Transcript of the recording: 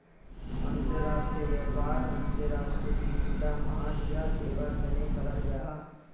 अंतर्राष्ट्रीय व्यापार अंतर्राष्ट्रीय सीमात माल या सेवार तने कराल जाहा